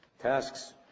Tasks